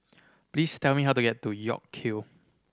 please tell me how to get to York Kill